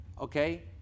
Okay